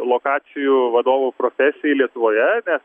lokacijų vadovo profesijai lietuvoje nes